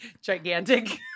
gigantic